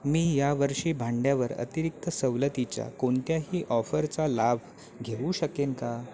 मी यावर्षी भांड्यावर अतिरिक्त सवलतीच्या कोणत्याही ऑफरचा लाभ घेऊ शकेन का